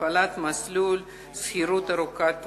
של "שכירות ארוכת טווח".